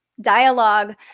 dialogue